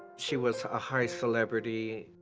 she was a high celebrity,